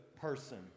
person